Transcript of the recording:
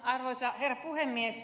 arvoisa herra puhemies